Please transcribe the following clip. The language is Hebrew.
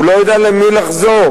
הוא לא ידע למי לחזור.